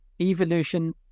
evolution